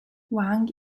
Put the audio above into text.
wang